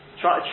try